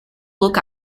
look